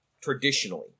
traditionally